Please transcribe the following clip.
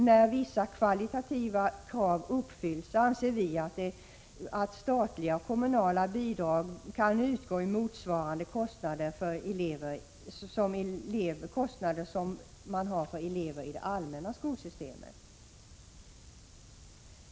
När vissa kvalitativa krav uppfylls anser vi att statliga och kommunala bidrag kan utgå motsvarande de kostnader man har för elever i det allmänna skolsystemet.